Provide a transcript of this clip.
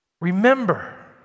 Remember